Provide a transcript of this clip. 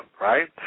right